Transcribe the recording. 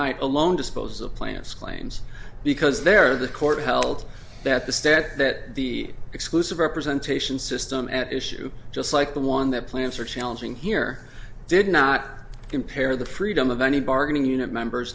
night alone dispose of plants claims because they're the court held that the stat that the exclusive representation system at issue just like the one that plants are challenging here did not compare the freedom of any bargaining unit members